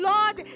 Lord